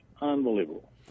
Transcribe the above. Unbelievable